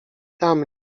tam